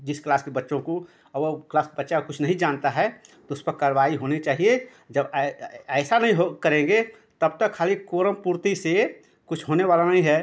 जिस क्लास के बच्चों को और वह क्लास का बच्चा कुछ नही जानता है तो उस पर कारवाही होनी चाहिए जब ऐसा नही हो करेंगे तब तक खाली कोरम पूर्ति से कुछ होने वाला नही है